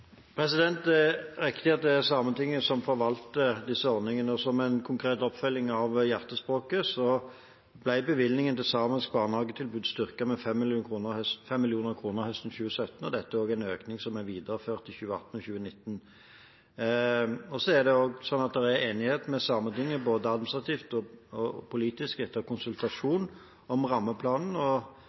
Det er riktig at det er Sametinget som forvalter disse ordningene, og som en konkret oppfølging av Hjertespråket ble bevilgningen til samisk barnehagetilbud styrket med 5 mill. kr høsten 2017. Dette er en økning som er videreført i 2018 og 2019. Det er også enighet med Sametinget, både administrativt og politisk, etter konsultasjon, om rammeplanen.